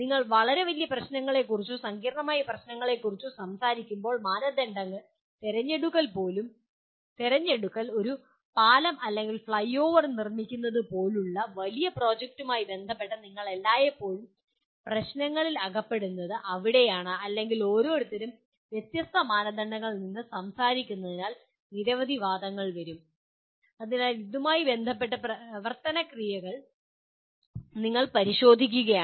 നിങ്ങൾ വളരെ വലിയ പ്രശ്നങ്ങളെക്കുറിച്ചോ സങ്കീർണ്ണമായ പ്രശ്നങ്ങളെക്കുറിച്ചോ സംസാരിക്കുമ്പോൾ മാനദണ്ഡങ്ങൾ തിരഞ്ഞെടുക്കൽ ഒരു പാലം അല്ലെങ്കിൽ ഫ്ലൈഓവർ നിർമ്മിക്കുന്നത് പോലുള്ള വലിയ പ്രോജക്റ്റുകളുമായി ബന്ധപ്പെട്ട് നിങ്ങൾ എല്ലായെപ്പോഴും പ്രശ്നങ്ങളിൽ അകപ്പെടുന്നത് അവിടെയാണ് അല്ലെങ്കിൽ ഓരോരുത്തരും വ്യത്യസ്ത മാനദണ്ഡങ്ങളിൽ നിന്ന് സംസാരിക്കുന്നതിനാൽ നിരവധി വിവാദങ്ങൾ വരും അതിനാൽ ഇതുമായി ബന്ധപ്പെട്ട പ്രവർത്തന ക്രിയകൾ നിങ്ങൾ പരിശോധിക്കുകയാണ്